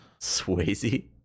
Swayze